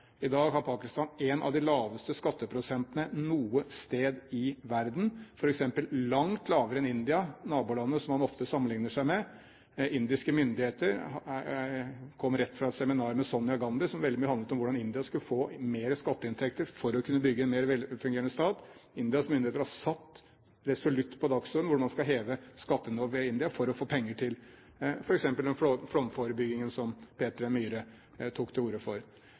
en av de laveste skatteprosentene noe sted i verden, f.eks. langt lavere enn India, nabolandet som man ofte sammenlikner seg med. Jeg kommer rett fra et seminar med Sonia Gandhi som veldig mye handlet om hvordan India skulle få mer skatteinntekter for å kunne bygge en mer velfungerende stat. Indias myndigheter har satt resolutt på dagsordenen hvordan man skal heve skattenivået i India, for å få penger til f.eks. den flomforebyggingen som Peter N. Myhre tok til orde for.